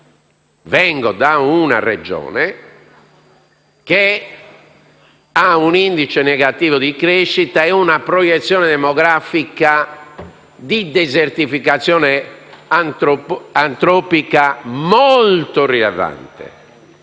vengo da una Regione che ha un indice negativo di crescita e una proiezione demografica di desertificazione antropica molto rilevante.